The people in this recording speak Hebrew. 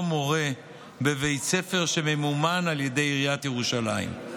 מורה בבית ספר שמממומן על ידי עיריית ירושלים.